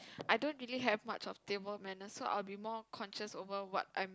I don't really have much of table manners so I will be more cautious over what I'm